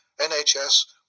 NHS